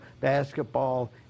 basketball